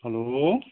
hello